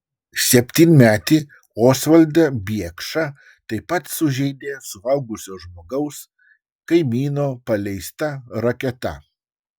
septynmetį osvaldą biekšą taip pat sužeidė suaugusio žmogaus kaimyno paleista raketa